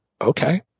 okay